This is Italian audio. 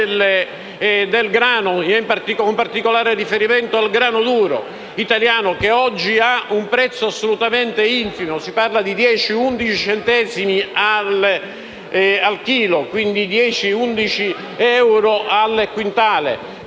del grano, con particolare riferimento al grano duro italiano, che oggi ha un prezzo assolutamente infimo: si parla di 10 o 11 centesimi al chilo e quindi di 10 o 11 euro al quintale.